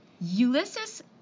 Ulysses